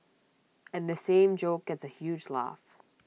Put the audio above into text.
and the same joke gets A huge laugh